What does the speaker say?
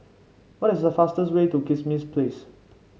what is the fastest way to Kismis Place